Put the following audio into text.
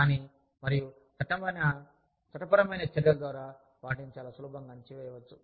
కానీ మరియు చట్టపరమైన చర్యల ద్వారా వాటిని చాలా సులభంగా అణచివేయవచ్చు